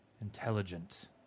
intelligent